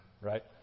Right